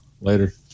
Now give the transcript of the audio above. later